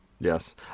Yes